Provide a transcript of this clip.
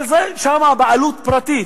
אבל שם הבעלות על הקרקע היא פרטית.